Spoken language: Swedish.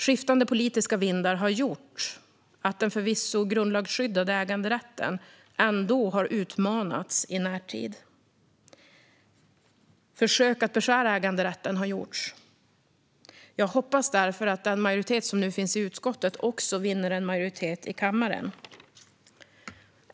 Skiftande politiska vindar har gjort att den grundlagsskyddade äganderätten har utmanats i närtid. Försök att beskära äganderätten har gjorts. Jag hoppas därför att det, liksom i utskottet, blir en majoritet i kammaren för detta tillkännagivande.